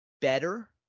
better